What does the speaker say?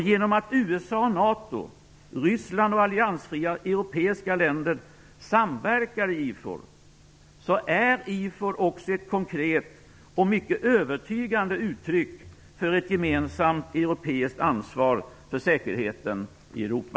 Genom att USA, NATO, Ryssland och alliansfria europeiska länder samverkar i IFOR är IFOR också ett konkret och mycket övertygande uttryck för ett gemensamt europeiskt ansvar för säkerheten i Europa.